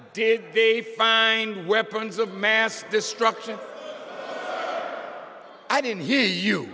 did they find weapons of mass destruction i didn't hear you